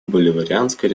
боливарианская